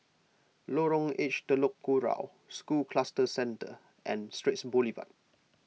Lorong H Telok Kurau School Cluster Centre and Straits Boulevard